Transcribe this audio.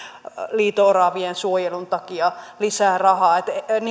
liito oravien suojelun takia lisää rahaa